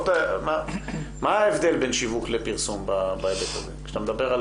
מה ההבדל בין שיווק לפרסום בהיבט הזה?